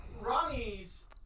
Ronnie's